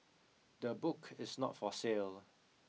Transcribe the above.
the book is not for sale